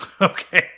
Okay